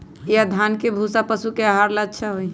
या धान के भूसा पशु के आहार ला अच्छा होई?